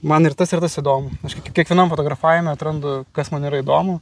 man ir tas ir tas įdomu aišku k kiekvienam fotografavime atrandu kas man yra įdomu